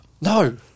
No